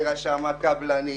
לרשם הקבלנים,